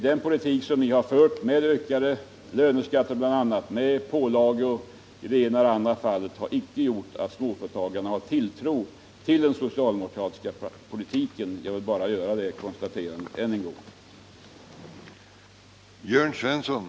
Den politik som ni har fört med bl.a. ökade löneskatter och andra pålagor har medfört att småföretagarna inte har tilltro till den socialdemokratiska politiken. Jag vill bara göra det konstaterandet än en gång.